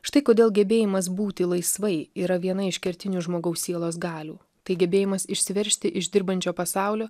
štai kodėl gebėjimas būti laisvai yra viena iš kertinių žmogaus sielos galių tai gebėjimas išsiveržti iš dirbančio pasaulio